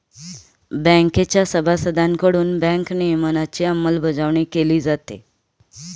बँकेच्या सभासदांकडून बँक नियमनाची अंमलबजावणी केली जाते